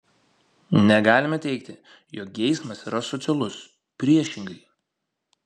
negalime teigti jog geismas yra asocialus priešingai